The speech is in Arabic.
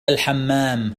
الحمام